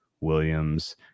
Williams